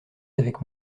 avec